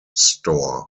store